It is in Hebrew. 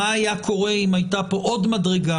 מה היה קורה אם הייתה כאן עוד מדרגה,